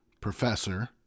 professor